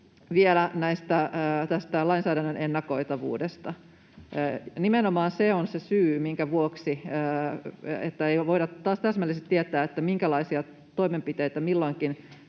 Vielä tästä lainsäädännön ennakoitavuudesta. Nimenomaan se, että ei voida täsmällisesti tietää, minkälaisia toimenpiteitä milloinkin